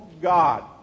God